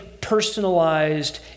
personalized